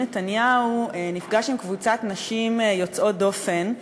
נתניהו נפגש עם קבוצת נשים יוצאות דופן,